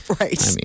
right